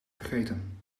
vergeten